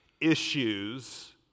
issues